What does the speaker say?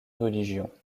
religion